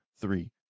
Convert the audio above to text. three